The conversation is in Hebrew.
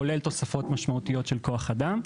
כולל תוספות משמעותיות של כוח אדם.